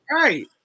right